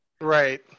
Right